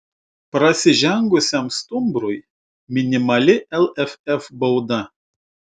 prasižengusiam stumbrui minimali lff bauda